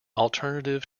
alternative